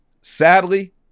sadly